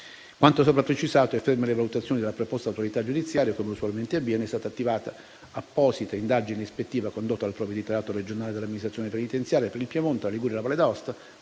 Quanto sopra precisato e ferme le valutazioni della preposta autorità giudiziaria, come usualmente avviene, è stata attivata apposita indagine ispettiva condotta dal provveditorato regionale dell'amministrazione penitenziaria per il Piemonte, la Liguria e la Valle d'Aosta,